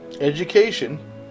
Education